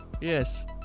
Yes